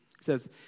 says